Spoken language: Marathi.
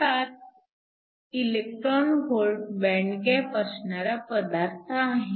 7 eV बँड गॅप असणारा पदार्थ आहे